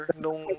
nung